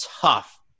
tough